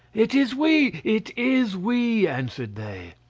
it is we! it is we! answered they.